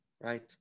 right